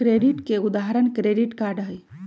credit के उदाहरण credit card हई